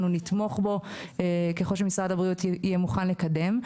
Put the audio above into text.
נתמוך בו ככול שמשרד הבריאות יהיה מוכן לקדם.